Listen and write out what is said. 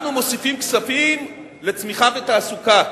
אנחנו מוסיפים כספים לצמיחה ותעסוקה,